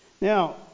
Now